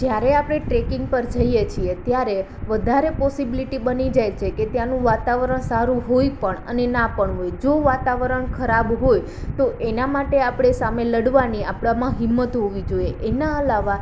જ્યારે આપણે ટ્રેકિંગ પર જઈએ છીએ ત્યારે વધારે પોસિબલિટી બની જાય છે કે ત્યાંનું વાતાવરણ સારું હોય પણ અને ના પણ હોય જો વાતાવરણ ખરાબ હોય તો એના માટે આપણે સામે લડવાની આપણામાં હિંમત હોવી જોએ એના અલાવા